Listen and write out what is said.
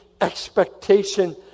expectation